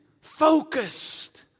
focused